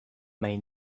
may